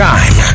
Time